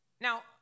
Now